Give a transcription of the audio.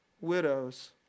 widows